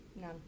None